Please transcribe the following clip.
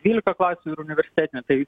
dvylika klasių ir universitetinę tai